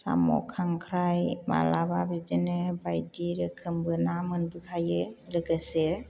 साम' खांख्राइ माब्लाबा बिदिनो बायदि रोखोमबो ना मोनबोखायो लोगोसे